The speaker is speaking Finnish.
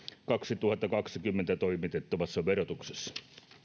kaksituhattakaksikymmentä toimitettavassa verotuksessa